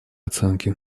оценки